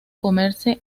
comerse